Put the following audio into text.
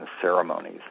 ceremonies